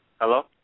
Hello